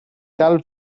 dal